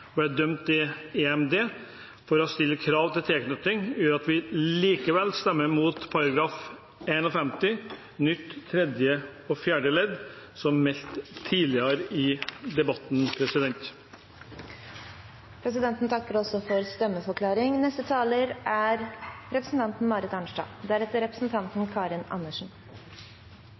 dømt i EMD for å stille krav til tilknytning, gjør at vi likevel stemmer imot § 51 nytt tredje og fjerde ledd, som meldt tidligere i debatten. Presidenten takker for stemmeforklaring.